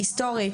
שהיסטורית,